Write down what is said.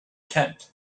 kent